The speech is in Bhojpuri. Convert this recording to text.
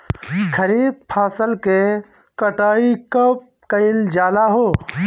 खरिफ फासल के कटाई कब कइल जाला हो?